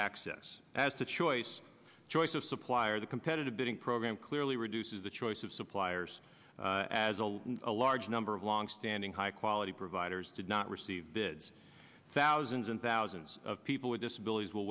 access as the choice choice of supply or the competitive bidding program clearly reduces the choice of suppliers as all a large number of longstanding high quality providers did not receive bids thousands and thousands of people with disabilities will